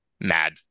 mad